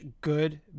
good